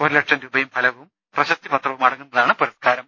ഒരു ലക്ഷം രൂപയും ഫലകവും പ്രശസ്തിപത്രവും അടങ്ങുന്നതാണ് പുരസ്കാരം